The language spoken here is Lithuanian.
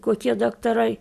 kokie daktarai